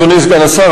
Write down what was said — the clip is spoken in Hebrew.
אדוני סגן השר,